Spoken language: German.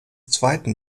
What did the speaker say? zweiten